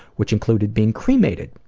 which included being cremated.